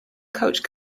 coach